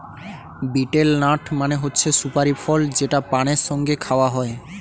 betel nut মানে হচ্ছে সুপারি ফল যেটা পানের সঙ্গে খাওয়া হয়